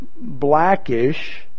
blackish